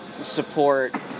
support